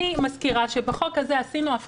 אני רוצה להבהיר לגבי מסתנן.